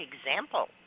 example